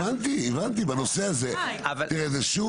הבנתי, בנושא הזה, שוב